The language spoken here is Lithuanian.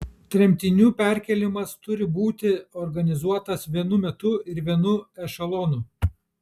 tremtinių perkėlimas turi būti organizuotas vienu metu ir vienu ešelonu